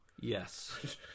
Yes